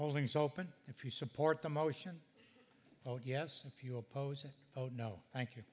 pollings open if you support the motion oh yes if you oppose it oh no thank you